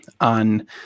on